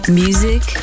music